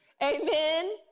Amen